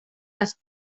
las